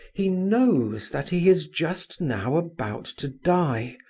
he knows that he is just now about to die,